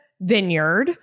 Vineyard